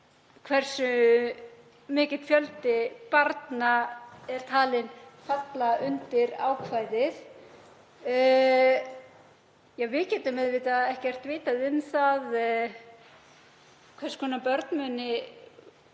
hversu mikill fjöldi barna er talinn falla undir ákvæðið. Við getum auðvitað ekkert vitað um það hvers konar börn muni